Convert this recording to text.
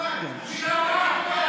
את לא נורמלית.